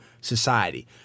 society